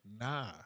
Nah